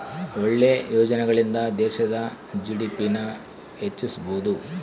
ಒಳ್ಳೆ ಯೋಜನೆಗಳಿಂದ ದೇಶದ ಜಿ.ಡಿ.ಪಿ ನ ಹೆಚ್ಚಿಸ್ಬೋದು